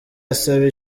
asaba